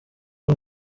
ari